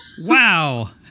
Wow